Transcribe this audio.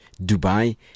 Dubai